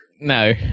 No